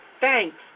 thanks